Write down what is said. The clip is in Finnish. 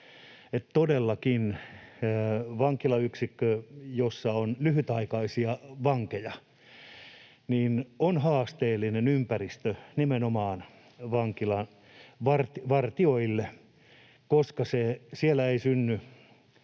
Todellakin, vankilayksikkö, jossa on lyhytaikaisia vankeja, on haasteellinen ympäristö nimenomaan vankilan vartijoille, koska siellä ei synny